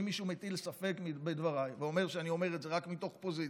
שאם מישהו מטיל ספק בדבריי ואומר שאני אומר את זה רק מתוך פוזיציה,